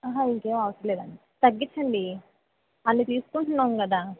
అహ ఇంకేం అవసరం లేదండి తగ్గించండి అన్ని తీసుకుంటున్నాము కదా